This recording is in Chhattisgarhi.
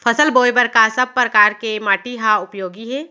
फसल बोए बर का सब परकार के माटी हा उपयोगी हे?